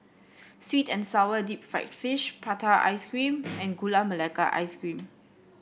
sweet and sour Deep Fried Fish Prata Ice Cream and Gula Melaka Ice Cream